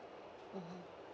mmhmm